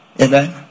Amen